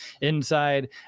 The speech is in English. inside